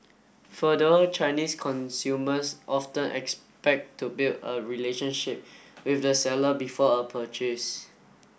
further Chinese consumers often expect to build a relationship with the seller before a purchase